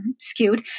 skewed